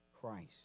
Christ